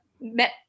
met